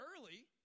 early